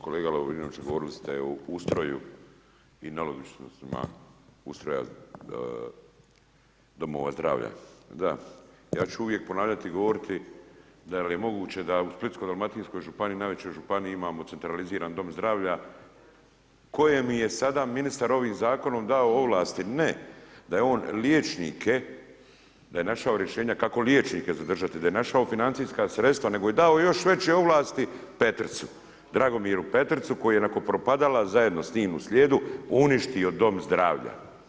Kolega Lovrinoviću, govorili ste o ustroju i nelogičnostima ustroja Domova zdravlja, da, ja ću uvijek ponavljati i govoriti dal je moguće da u Splitsko-dalmatinskoj županiji, najvećoj Županiji, imamo centraliziran Dom zdravlja kojem je sad ministar ovim Zakonom dao ovlasti ne, da je on liječnike, da je našao rješenje kako liječnike zadržati, da je našao financijska sredstva, nego je dao još veće ovlasti Petricu, Dragomiru Petricu, koji nakon Propadala, zajedno s njim u slijedu, uništio Dom zdravlja.